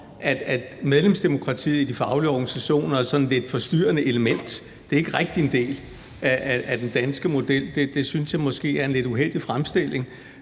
om medlemsdemokratiet i de faglige organisationer er sådan et lidt forstyrrende element; det er ikke rigtig en del af den danske model. Det synes jeg måske er en lidt uheldig fremstilling.